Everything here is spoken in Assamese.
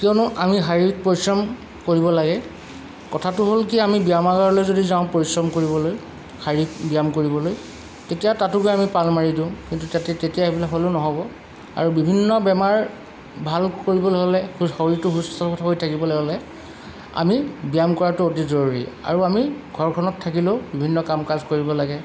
কিয়নো আমি শাৰীৰিক পৰিশ্ৰম কৰিব লাগে কথাটো হ'ল কি আমি ব্যায়ামালয়লৈ যদি যাওঁ পৰিশ্ৰম কৰিবলৈ শাৰীৰিক ব্যায়াম কৰিবলৈ তেতিয়া তাতো গৈ আমি পাল মাৰি দিওঁ কিন্তু তাতে তেতিয়া সেইবিলাক হ'লেও নহ'ব আৰু বিভিন্ন বেমাৰ ভাল কৰিবলৈ হ'লে শৰীৰটো সুস্থ হৈ থাকিবলৈ হ'লে আমি ব্যায়াম কৰাটো অতি জৰুৰী আৰু আমি ঘৰখনত থাকিলেও বিভিন্ন কাম কাজ কৰিব লাগে